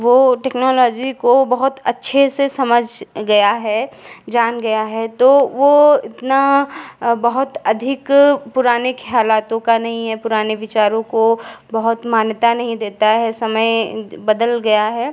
वो टेक्नोलॉज़ी को बहुत अच्छे से समझ गया है जान गया है तो वो इतना बहुत अधिक पुराने ख्यालातों का नई है पुराने विचारों को बहुत मान्यता नहीं देता है समय बदल गया है